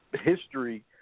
history